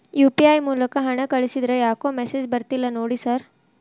UPI ಮೂಲಕ ಹಣ ಕಳಿಸಿದ್ರ ಯಾಕೋ ಮೆಸೇಜ್ ಬರ್ತಿಲ್ಲ ನೋಡಿ ಸರ್?